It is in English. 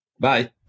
Bye